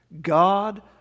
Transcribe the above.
God